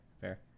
fair